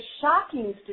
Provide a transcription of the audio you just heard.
shocking